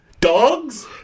dogs